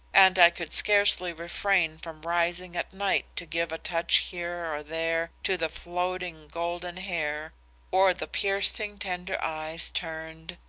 and i could scarcely refrain from rising at night to give a touch here or there to the floating golden hair or the piercing, tender eyes turned,